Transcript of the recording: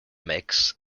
mix